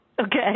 Okay